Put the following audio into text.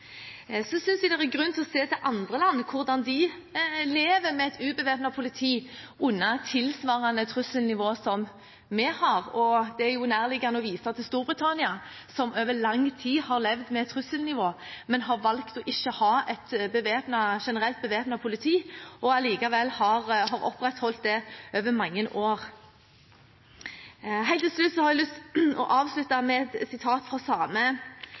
Så synes jeg det er grunn til å se til andre land, hvordan de lever med et ubevæpnet politi under tilsvarende trusselnivå som vi har. Det er jo nærliggende å vise til Storbritannia, som over lang tid har levd med et trusselnivå, men har valgt å ikke ha et generelt bevæpnet politi og har opprettholdt det over mange år. Helt til slutt har jeg lyst til å avslutte med et sitat fra